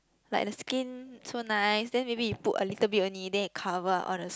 like the skin so nice then maybe you put a little bit only then it cover up all the